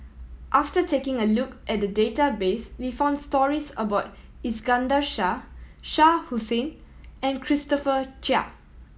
after taking a look at the database we found stories about Iskandar Shah Shah Hussain and Christopher Chia